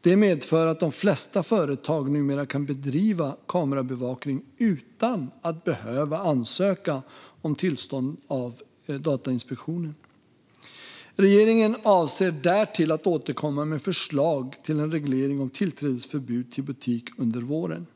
Det medför att de flesta företag numera kan bedriva kamerabevakning utan att behöva ansöka om tillstånd av Datainspektionen. Regeringen avser därtill att återkomma med förslag till en reglering om tillträdesförbud till butik under våren.